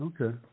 Okay